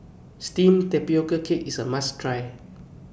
Steamed Tapioca Cake IS A must Try